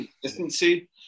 consistency